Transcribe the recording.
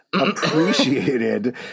appreciated